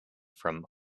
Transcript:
from